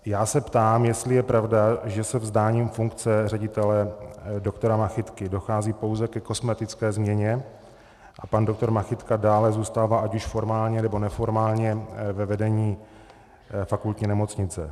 Já se ptám, jestli je pravda, že se vzdáním funkce ředitele doktora Machytky dochází pouze ke kosmetické změně a pan doktor Machytka dále zůstává ať už formálně, nebo neformálně ve vedení Fakultní nemocnice.